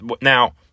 Now